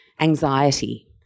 anxiety